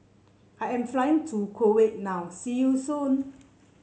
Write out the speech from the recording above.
I am flying to Kuwait now see you soon